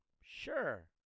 sure